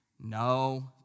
No